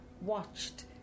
watched